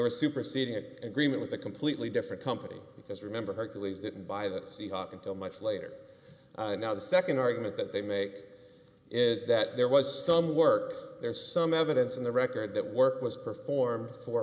were superseding it agreement with a completely different company because remember her pleas didn't buy that seebach until much later and now the nd argument that they make is that there was some work there's some evidence in the record that work was performed for